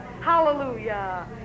hallelujah